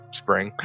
spring